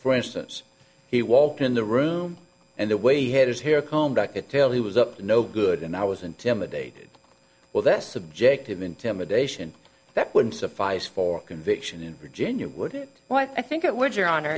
for instance he walked in the room and the way he had is here combed i could tell he was up to no good and i was intimidated well that's subjective intimidation that wouldn't suffice for a conviction in virginia would it what i think it would your honor